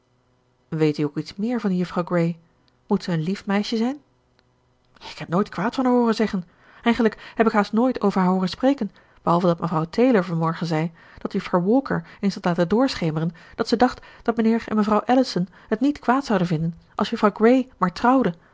weet u ook iets meer van die juffrouw grey moet zij een lief meisje zijn ik heb nooit kwaad van haar hooren zeggen eigenlijk heb ik haast nooit over haar hooren spreken behalve dat mevrouw taylor van morgen zei dat juffrouw walker eens had laten doorschemeren dat ze dacht dat mijnheer en mevrouw ellison het niet kwaad zouden vinden als juffrouw grey maar trouwde